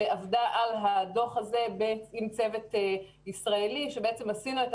שעבדה על הדוח הזה עם צוות ישראלי ועשינו את